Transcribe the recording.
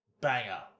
banger